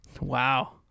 Wow